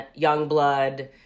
Youngblood